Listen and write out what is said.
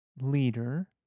leader